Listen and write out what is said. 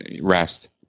rest